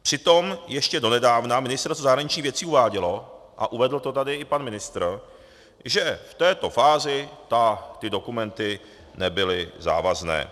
Přitom ještě donedávna Ministerstvo zahraničních věcí uvádělo, a uvedl to tady i pan ministr, že v této fázi ty dokumenty nebyly závazné.